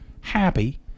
Happy